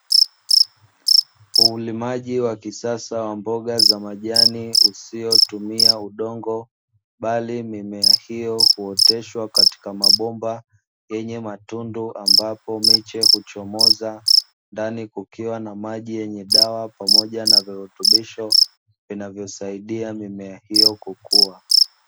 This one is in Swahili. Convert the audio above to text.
Ulimaji wa kisasa wa mboga za majani usiotumia udongo, bali mimea hiyo huoteshwa katika mabomba yenye matundu ambapo miche huchomoza, ndani kukiwa na maji yenye dawa pamoja na virutubisho vinavyosaidia mimea hiyo kukua.